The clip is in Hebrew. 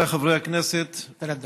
היושב-ראש, חבריי חברי הכנסת, (אומר בערבית: